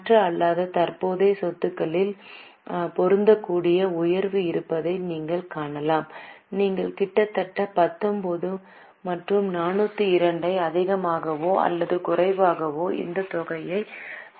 மற்ற அல்லாத தற்போதைய சொத்துகளில் பொருந்தக்கூடிய உயர்வு இருப்பதை நீங்கள் காணலாம் நீங்கள் கிட்டத்தட்ட 19 மற்றும் 402 ஐ அதிகமாகவோ அல்லது குறைவாகவோ இந்த தொகையைப் பெறப் போகிறீர்கள்